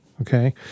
okay